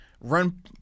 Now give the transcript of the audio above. run –